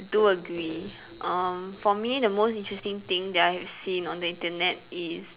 do agree um for me the most interesting thing that I have seen on the Internet is